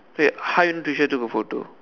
wait how you Tricia took a photo